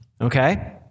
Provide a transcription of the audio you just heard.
Okay